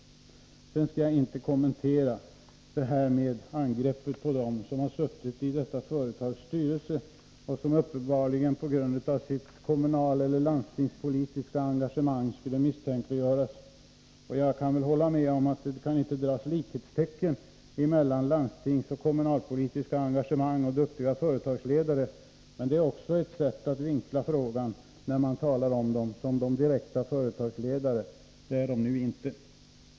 Jag skall inte kommentera angreppet på dem som suttit i detta företags styrelse, och som uppenbarligen på grund av sitt kommunaleller landstingspolitiska engagemang skulle misstänkliggöras. Jag kan hålla med om att det inte kan sättas likhetstecken mellan landstingsoch kommunalpolitiska engagemang och duktiga företagsledare. Men det är också ett sätt att vinkla frågan när man talar om dem som direkta företagsledare. Det är de inte.